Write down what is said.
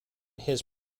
his